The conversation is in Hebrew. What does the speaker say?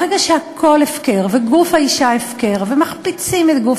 ברגע שהכול הפקר וגוף האישה הפקר ומחפיצים את גוף